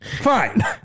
Fine